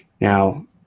Now